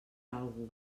algú